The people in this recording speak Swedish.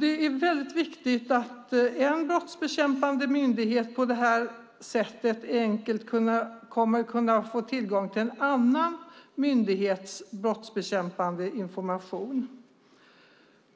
Det är väldigt viktigt att en brottsbekämpande myndighet på det här sättet enkelt kan få tillgång till en annan myndighets brottsbekämpande information.